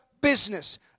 business